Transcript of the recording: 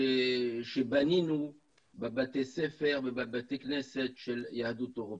שבנינו בבתי הספר ובבתי הכנסת של יהדות אירופה.